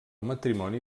matrimoni